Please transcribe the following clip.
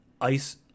ice